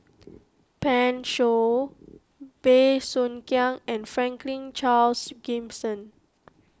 Pan Shou Bey Soo Khiang and Franklin Charles Gimson